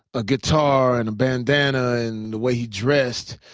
ah guitar and a bandana and the way he dressed,